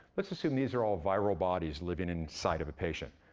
let's assume these are all viral bodies living inside of a patient.